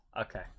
Okay